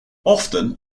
often